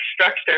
structure